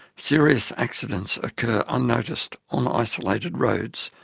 serious accidents occur unnoticed on isolated roads,